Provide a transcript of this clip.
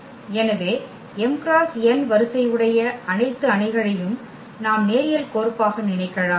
எனவே m × n வரிசை உடைய அனைத்து அணிகளையும் நாம் நேரியல் கோர்ப்பாக நினைக்கலாம்